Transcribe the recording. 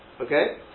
Okay